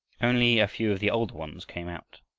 only a few of the older ones came out.